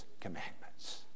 commandments